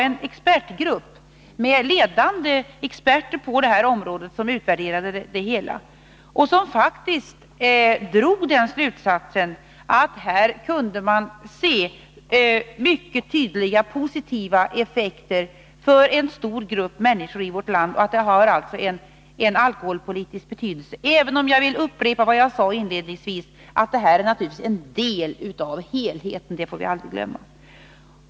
En grupp av ledande experter på detta område utvärderade försöket och drog slutsatsen att man kunde se mycket tydliga positiva effekter för en stor grupp människor i vårt land och att det alltså hade haft alkoholpolitisk betydelse. Men jag vill upprepa vad jag sade tidigare, att lördagsstängningen är en del i helheten, det får vi aldrig glömma.